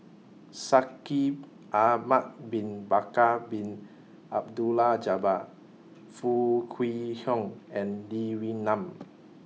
Shaikh Ahmad Bin Bakar Bin Abdullah Jabbar Foo Kwee Horng and Lee Wee Nam